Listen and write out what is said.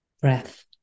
breath